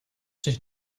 dich